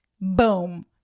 boom